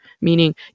meaning